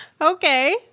okay